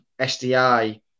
SDI